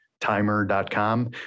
timer.com